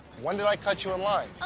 when did i cut you in line?